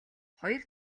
хоёр